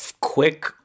quick